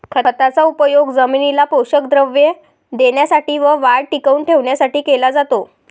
खताचा उपयोग जमिनीला पोषक द्रव्ये देण्यासाठी व वाढ टिकवून ठेवण्यासाठी केला जातो